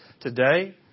today